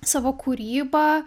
savo kūrybą